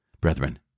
Brethren